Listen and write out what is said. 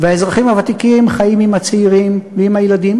והאזרחים הוותיקים חיים עם הצעירים ועם הילדים.